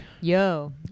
Yo